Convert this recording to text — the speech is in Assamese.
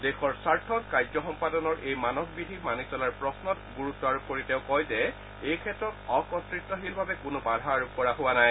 দেশৰ স্বাৰ্থত কাৰ্য সম্পাদনৰ এই মানক বিধি মানি চলাৰ প্ৰশ্নত গুৰুত্ব আৰোপ কৰি তেওঁ কয় যে এইক্ষেত্ৰত অকৰ্তৃত্বশীলভাৱে কোনো বাধা আৰোপ কৰা হোৱা নাই